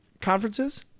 conferences